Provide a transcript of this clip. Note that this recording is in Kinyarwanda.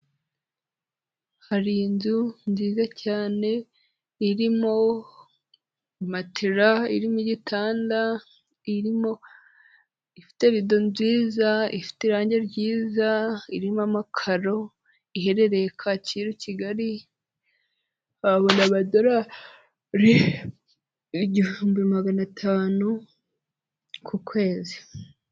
Hari inzu nziza cyane irimo matela, irimo igitanda, irimo ifite rido nziza, ifite irangi ryiza, irimo amakaro, iherereye Kacyiru Kigali tukahabona amadolari igihumbi na magana atanu ku kwezi.